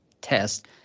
test